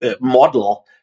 model